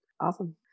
Awesome